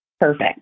Perfect